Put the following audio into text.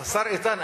השר איתן,